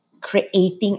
creating